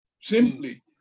simply